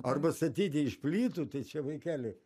arba statyti iš plytų tai čia vaikeli